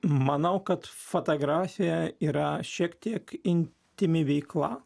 manau kad fotografija yra šiek tiek intymi veikla